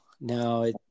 no